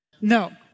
No